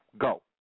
Go